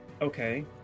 Okay